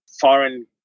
foreign